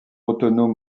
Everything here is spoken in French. autonome